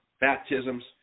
baptisms